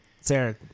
Sarah